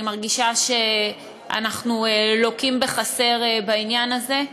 אני מרגישה שאנחנו לוקים בחסר בעניין הזה.